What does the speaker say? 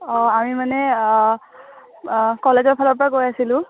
অঁ আমি মানে কলেজৰফালৰ পৰা কৈ আছিলোঁ